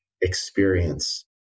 experience